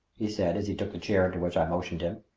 he said, as he took the chair to which i motioned him,